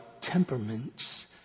temperaments